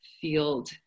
field